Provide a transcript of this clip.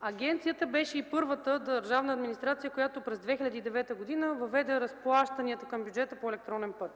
Агенцията беше и първата държавна администрация, която през 2009 г. въведе разплащанията към бюджета по електронен път.